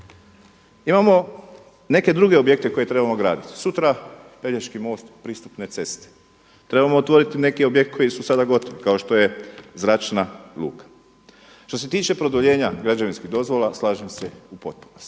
Imamo neke druge objekte koje trebamo graditi. Sutra Pelješki most, pristupne ceste, trebamo otvoriti neki objekte koji su sada objekti kao što je zračna luka. Što se tiče produljenja građevinskih dozvola, slažem se u potpunosti.